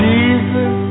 Jesus